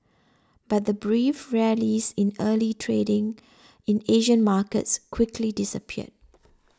but the brief rallies in early trading in Asian markets quickly disappeared